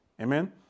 Amen